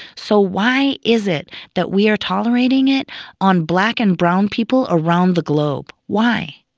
so why is it that we are tolerating it on black and brown people around the globe? why?